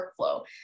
workflow